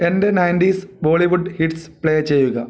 എന്റെ nineties Bollywood hits play ചെയ്യുക